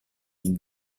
îles